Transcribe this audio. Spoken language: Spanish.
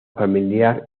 familiar